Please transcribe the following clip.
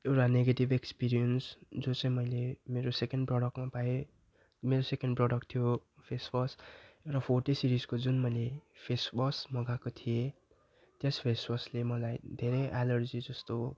एउटा negative experience जो चाहिँ मैले मेरो सेकेन्ड प्रोडक्टमा पाएँ मेरो सेकेन्ड प्रोडक्ट थियो फेसवास र फोर्टी सिरिजको जुन मैले फेसवास मँगाएको थिएँ त्यस फेसवासले मलाई धेरै एलर्जी जस्तो